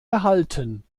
erhalten